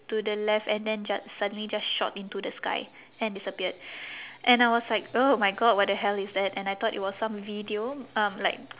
to the left and then just suddenly just shot into the sky then disappeared and I was like oh my god what the hell is that and I thought it was some video um like